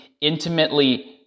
intimately